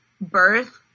birth